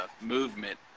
movement